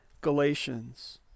Galatians